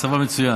מצבם מצוין.